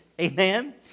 Amen